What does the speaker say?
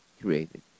created